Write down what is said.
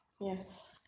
Yes